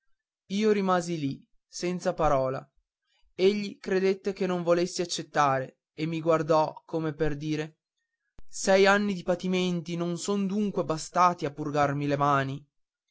io rimasi lì senza parola egli credette che non volessi accettare e mi guardò come per dire sei anni di patimenti non sono dunque bastati a purgarmi le mani